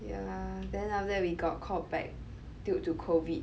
ya then after that we got called back due to COVID